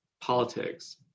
politics